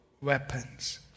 weapons